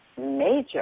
major